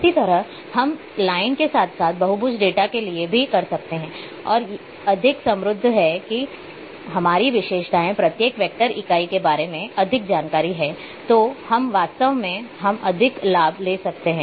इसी तरह हम लाइन के साथ साथ बहुभुज डेटा के लिए भी कर सकते हैं और यह अधिक समृद्ध है कि हमारी विशेषताएं प्रत्येक वेक्टर इकाई के बारे में अधिक जानकारी हैं तो हम वास्तव में बहुत अधिक लाभ ले सकते हैं